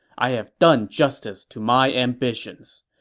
i have done justice to my ambitions.